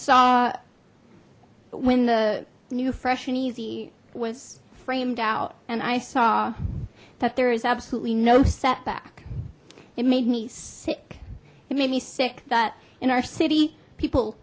saw when the new fresh and easy was framed out and i saw that there is absolutely no setback it made me sick it made me sick that in our city people